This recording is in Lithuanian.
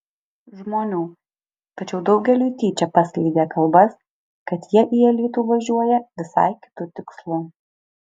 žmonių tačiau daugeliui tyčia paskleidė kalbas kad jie į alytų važiuoja visai kitu tikslu